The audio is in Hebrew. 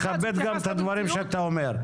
תכבד גם את הדברים שאתה אומר.